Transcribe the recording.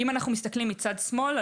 אם נסתכל מצד שמאל,